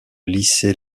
lycée